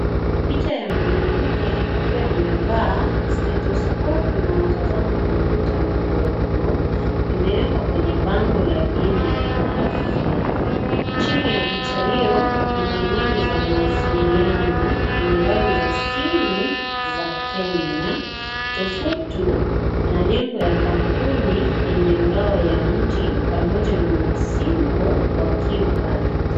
Picha ya mwanamke akiwa amevaa stetoskopu na anatazama kompyta ndogo imewekwa kwenye bango la bima ya afya, chini ya picha hiyo kuna anwani za mawasiliano na nambari za simu za Kenya tofutu na nembo ya kampuni yenye ngao ya mti pamoja na msimbu wa QR .